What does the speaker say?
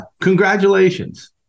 Congratulations